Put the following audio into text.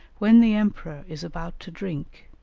when the emperor is about to drink,